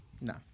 No